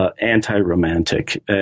anti-romantic